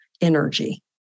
energy